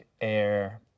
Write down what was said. Air